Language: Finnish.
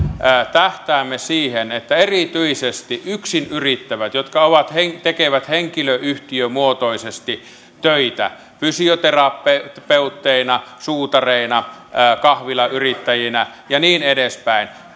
tähtäämme siihen että kannustaisimme erityisesti yksinyrittäviä jotka tekevät henkilöyhtiömuotoisesti töitä fysioterapeutteina suutareina kahvilayrittäjinä ja niin edespäin